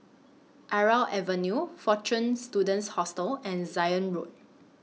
Irau Avenue Fortune Students Hostel and Zion Road